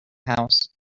house